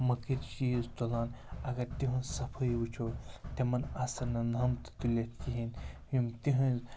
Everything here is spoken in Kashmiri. مٔکٕرۍ چیٖز تُلان اَگَر تِہِنٛز صفٲیی وٕچھو تِمَن آسَن نہٕ نَم تہِ تُلِتھ کِہیٖنۍ یِم تِہٕنٛز